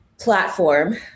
platform